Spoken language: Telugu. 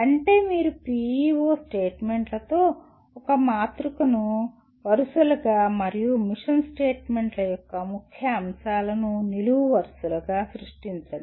అంటే మీరు PEO స్టేట్మెంట్లతో ఒక మాతృకను వరుసలుగా మరియు మిషన్ స్టేట్మెంట్ల యొక్క ముఖ్య అంశాలను నిలువు వరుసలుగా సృష్టించండి